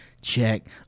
check